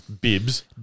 Bibs